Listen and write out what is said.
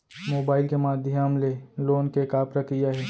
Mobile के माधयम ले लोन के का प्रक्रिया हे?